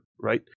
right